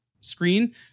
screen